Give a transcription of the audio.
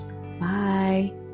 Bye